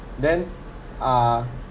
then ah